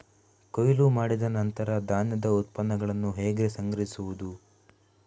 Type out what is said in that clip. ಕೊಯ್ಲು ಮಾಡಿದ ನಂತರ ಧಾನ್ಯದ ಉತ್ಪನ್ನಗಳನ್ನು ಹೇಗೆ ಸಂಗ್ರಹಿಸುವುದು?